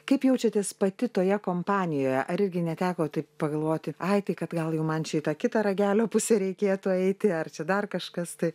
kaip jaučiatės pati toje kompanijoje ar irgi neteko taip pagalvoti ai tai kad gal jau man čia į tą kitą ragelio pusę reikėtų eiti ar dar kažkas tai